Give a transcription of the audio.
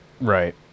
Right